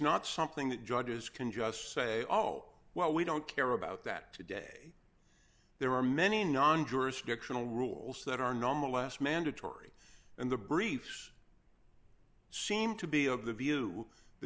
not something that judges can just say oh well we don't care about that today there are many non jurisdictional rules that are normal less mandatory and the briefs seem to be of the view th